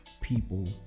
people